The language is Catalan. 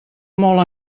molt